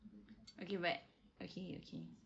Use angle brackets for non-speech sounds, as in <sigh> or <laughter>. <noise> okay but okay okay